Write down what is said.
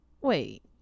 Wait